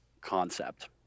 concept